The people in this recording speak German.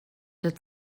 der